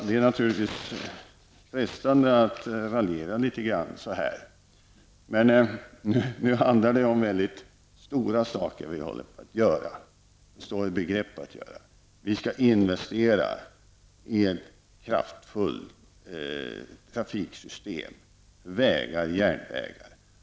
Det är naturligtvis frestande att raljera litet grand på detta sätt, men nu står vi i begrepp att göra mycket stora saker. Vi skall investera i ett kraftfullt trafikssystem, vägar och järnvägar.